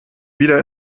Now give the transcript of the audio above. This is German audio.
wieder